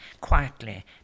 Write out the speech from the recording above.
quietly